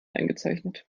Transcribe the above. eingezeichnet